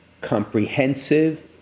comprehensive